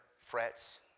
frets